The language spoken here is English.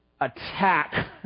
attack